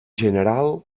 general